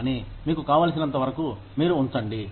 కానీ మీకు కావలసినంత వరకు మీరు ఉంచండి